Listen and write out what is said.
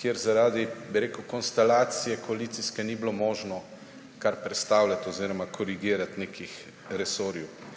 kjer zaradi koalicijske konstelacije ni bilo možno kar prestavljati oziroma korigirati nekih resorjev.